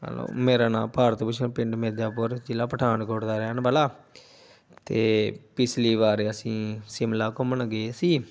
hello ਮੇਰਾ ਨਾਂ ਭਾਰਤ ਭੂਸ਼ਨ ਪਿੰਡ ਮਿਰਜਾਪੁਰ ਜ਼ਿਲ੍ਹਾ ਪਠਾਨਕੋਟ ਦਾ ਰਹਿਣ ਵਾਲਾ ਅਤੇ ਪਿਛਲੀ ਵਾਰ ਅਸੀਂ ਸ਼ਿਮਲਾ ਘੁੰਮਣ ਗਏ ਸੀ